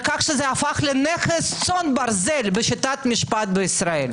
כך שזה הפך לנכס צאן ברזל בשיטת משפט בישראל.